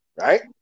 right